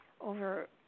over